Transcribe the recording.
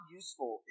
useful